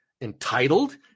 entitled